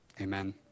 Amen